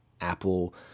Apple